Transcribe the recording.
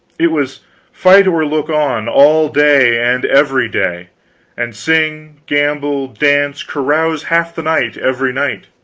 it was fight or look on, all day and every day and sing, gamble, dance, carouse half the night every night.